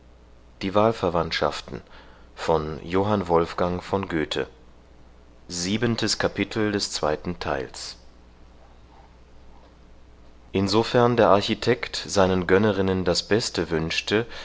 begrüßte siebentes kapitel insofern der architekt seinen gönnerinnen das beste wünschte